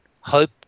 hope